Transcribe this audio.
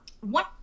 one